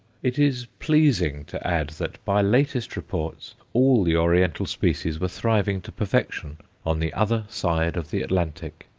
it is pleasing to add that by latest reports all the oriental species were thriving to perfection on the other side of the atlantic.